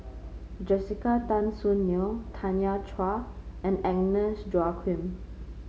Jessica Tan Soon Neo Tanya Chua and Agnes Joaquim